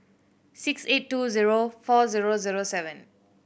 six eight two zero four zero zero seven